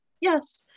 Yes